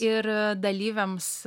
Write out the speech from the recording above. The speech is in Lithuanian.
ir dalyviams